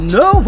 no